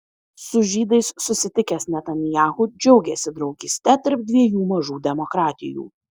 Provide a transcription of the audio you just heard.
su žydais susitikęs netanyahu džiaugėsi draugyste tarp dviejų mažų demokratijų